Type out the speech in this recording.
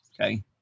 Okay